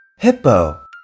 Hippo